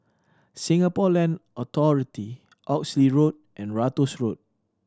Singapore Land Authority Oxley Road and Ratus Road